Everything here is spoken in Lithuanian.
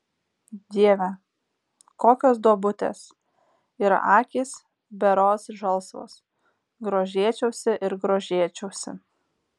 dieve kokios duobutės ir akys berods žalsvos grožėčiausi ir grožėčiausi